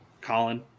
Colin